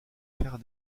faire